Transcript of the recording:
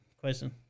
question